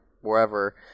wherever